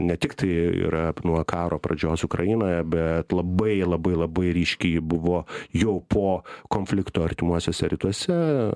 ne tik tai yra nuo karo pradžios ukrainoje bet labai labai labai ryški ji buvo jau po konflikto artimuosiuose rytuose